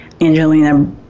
Angelina